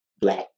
Black